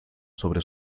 sobre